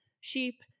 sheep